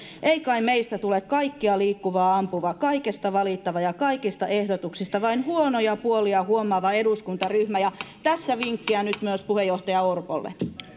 ei kai meistä tule kaikkea liikkuvaa ampuva kaikesta valittava ja kaikista ehdotuksista vain huonoja puolia huomaava eduskuntaryhmä tässä vinkkejä nyt myös puheenjohtaja orpolle